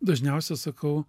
dažniausia sakau